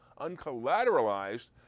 uncollateralized